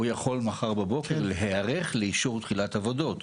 הוא יכול מחר בבוקר להיערך לאישור תחילת עבודות.